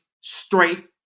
straight